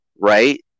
Right